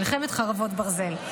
מלחמת חרבות ברזל.